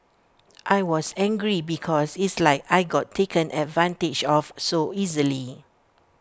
I was angry because it's like I got taken advantage of so easily